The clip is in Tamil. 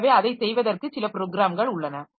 எனவே அதைச் செய்வதற்கு சில ப்ரோக்ராம்கள் உள்ளன